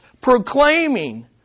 proclaiming